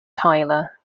tyler